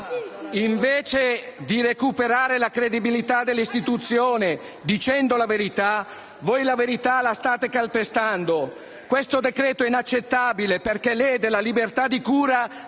Invece di recuperare la credibilità delle istituzioni, dicendo la verità, voi la verità la state calpestando. Questo decreto-legge è inaccettabile, perché lede la libertà di cura